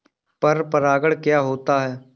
पर परागण क्या होता है?